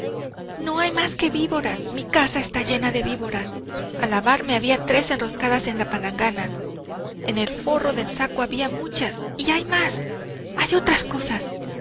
no hay más que víboras mi casa está llena de víboras al lavarme había tres enroscadas en la palangana en el forro del saco había muchas y hay más hay otras cosas